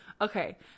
okay